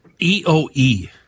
EOE